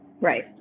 Right